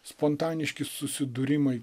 spontaniški susidūrimai